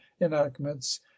enactments